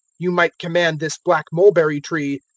you might command this black-mulberry-tree,